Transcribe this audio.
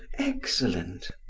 excellent!